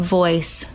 voice